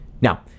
Now